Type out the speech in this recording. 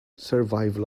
survival